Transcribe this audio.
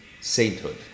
Sainthood